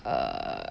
err